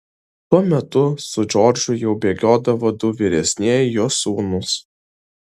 tuo metu su džordžu jau bėgiodavo du vyresnieji jo sūnūs